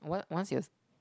what once yours